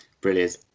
Brilliant